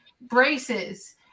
braces